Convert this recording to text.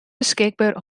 beskikber